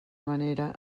manera